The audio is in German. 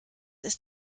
ist